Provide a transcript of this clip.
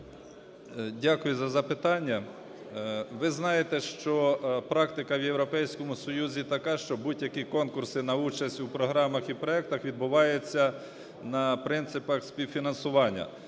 Дякую за запитання. Ви знаєте, що практика в Європейському Союзі така, що будь-які конкурси на участь у програмах і проектах відбувається на принципах співфінансування.